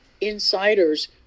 insiders